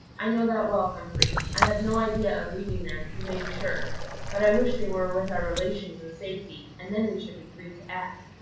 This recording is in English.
i know that well, humphrey i have no idea of leaving them, you may be sure but i wish they were with our relations in safety, and then we should be free to act.